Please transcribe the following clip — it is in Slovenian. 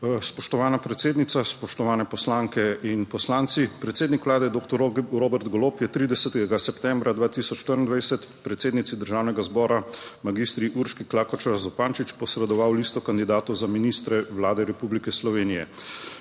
Spoštovana predsednica, spoštovane poslanke in poslanci. Predsednik Vlade, doktor Robert Golob je 30. septembra 2024 predsednici Državnega zbora, magistri Urški Klakočar Zupančič, posredoval listo kandidatov za ministre Vlade Republike Slovenije.